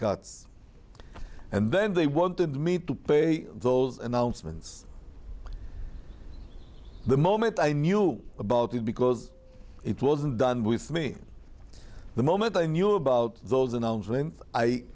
cuts and then they wanted me to pay those announcements the moment i knew about it because it wasn't done with me the moment i knew about those